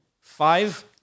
Five